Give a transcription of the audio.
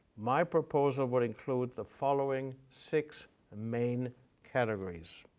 my proposal would include the following six main categories.